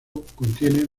contiene